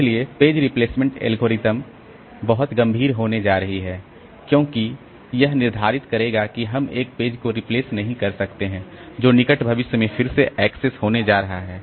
इसलिए page replacement algorithm बहुत गंभीर होने जा रही है क्योंकि यह निर्धारित करेगा कि हम एक पेज को रीप्लेस नहीं कर रहे हैं जो निकट भविष्य में फिर से एक्सेस होने जा रहा है